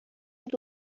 اون